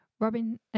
Robin